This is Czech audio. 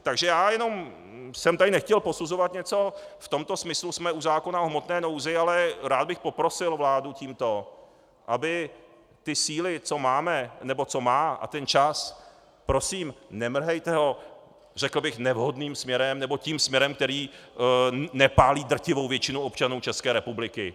Takže já jenom jsem tady nechtěl posuzovat něco v tomto smyslu jsme u zákona v hmotné nouzi, ale rád bych poprosil vládu tímto, aby ty síly, co máme, nebo co má, a ten čas prosím, nemrhejte ho, řekl bych, nevhodným směrem, nebo tím směrem, který nepálí drtivou většinu občanů České republiky.